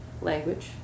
language